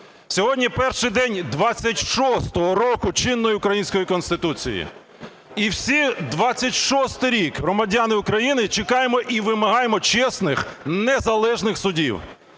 Сьогодні перший день 26-го року чинної української Конституції. І всі 26-й рік громадяни України чекаємо і вимагаємо чесних, незалежних судів.